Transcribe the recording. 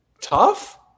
Tough